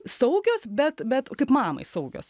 saugios bet bet kaip mamai saugios